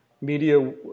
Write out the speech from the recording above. Media